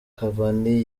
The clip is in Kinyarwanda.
cavani